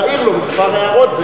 להעיר לו כמה הערות.